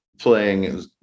playing